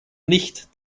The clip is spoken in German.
nicht